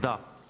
Da.